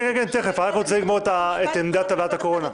כן, תכף, אני רק רוצה לגמור את עמדת ועדת הקורונה.